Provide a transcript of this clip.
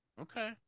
Okay